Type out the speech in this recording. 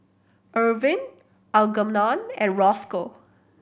Irvin Algernon and Rosco